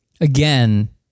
Again